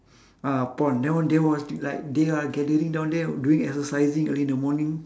ah pond then they was like they are gathering down there doing exercising early in the morning